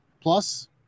plus